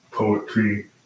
poetry